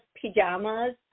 pajamas